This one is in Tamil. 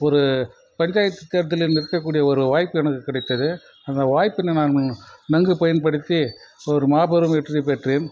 ஒரு பஞ்சாயத்து தேர்தலில் நிற்கக்கூடிய ஒரு வாய்ப்பு எனக்கு கிடைத்தது அந்த வாய்ப்பினை நான் நன்கு பயன்படுத்தி ஒரு மாபெரும் வெற்றி பெற்றேன்